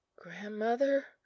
grandmother